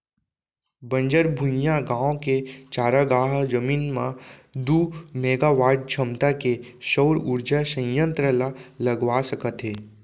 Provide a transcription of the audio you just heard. बंजर भुइंयाय गाँव के चारागाह जमीन म दू मेगावाट छमता के सउर उरजा संयत्र ल लगवा सकत हे